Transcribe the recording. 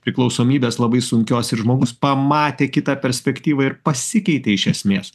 priklausomybės labai sunkios ir žmogus pamatė kitą perspektyvą ir pasikeitė iš esmės